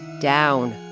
down